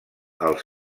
els